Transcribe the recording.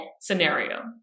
scenario